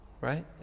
right